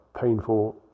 painful